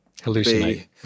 Hallucinate